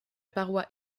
paroi